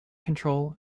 control